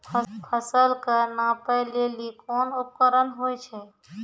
फसल कऽ नापै लेली कोन उपकरण होय छै?